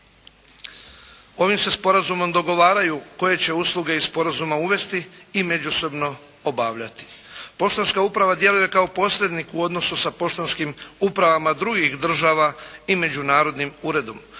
Ovim se sporazumom dogovaraju koje će usluge iz sporazuma uvesti i međusobno obavljati. Poštanska uprava djeluje kao posrednik u odnosu sa poštanskim upravama drugih država i Međunarodnim uredom.